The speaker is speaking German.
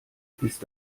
ist